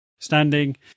Standing